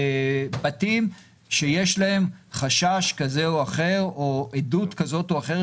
בבתים שיש בהם חשד כזה או אחר או עדות כזאת או אחרת